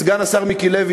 סגן השר מיקי לוי,